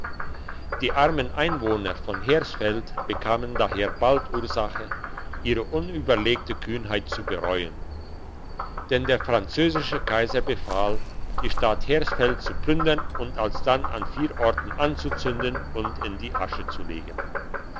die armen einwohner von hersfeld bekamen daher bald ursache ihre unüberlegte kühnheit zu bereuen denn der französische kaiser befahl die stadt hersfeld zu plündern und alsdann an vier orten anzuzünden und in die asche zu legen